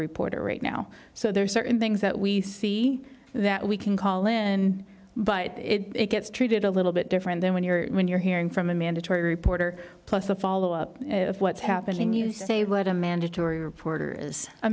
reporter right now so there are certain things that we see that we can call in but it gets treated a little bit different then when you're when you're hearing from a mandatory reporter plus the follow up if what's happening you say what a mandatory reporter is a